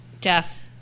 Jeff